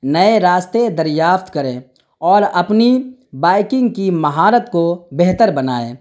نئے راستے دریافت کریں اور اپنی بائکنگ کی مہارت کو بہتر بنائیں